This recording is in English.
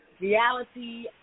reality